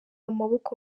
amaboko